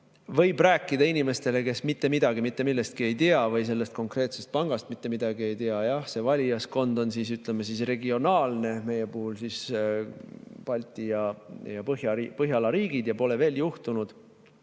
võib rääkida inimestele, kes mitte midagi mitte millestki ei tea või sellest konkreetsest pangast mitte midagi ei tea. Jah, see valijaskond on, ütleme, regionaalne, meie puhul Balti ja Põhjala riigid. Ja pole veel juhtunud,